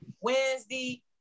Wednesday